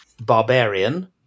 Barbarian